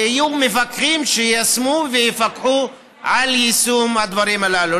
ויהיו מפקחים שיישמו ויפקחו על יישום הדברים הללו.